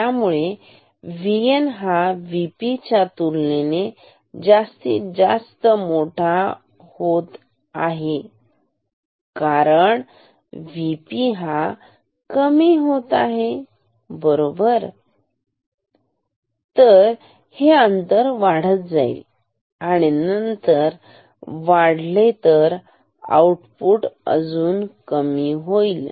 त्यामुळे VN हा VP च्या तुलनेने जास्तीत जास्त मोठा होत आहे कारण VP हा कमी होत आहे बरोबर तर हे अंतर वाढत जाईल आणि हे अंतर वाढले तर आउटपुट अजून कमी होईल